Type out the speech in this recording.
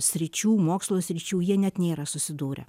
sričių mokslo sričių jie net nėra susidūrę